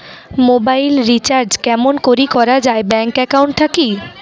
Mobile recharge কেমন করি করা যায় ব্যাংক একাউন্ট থাকি?